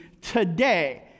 today